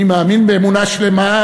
אני מאמין באמונה שלמה,